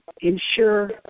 ensure